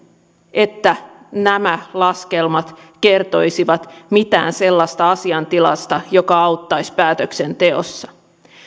että nämä laskelmat kertoisivat asian tilasta mitään sellaista joka auttaisi päätöksenteossa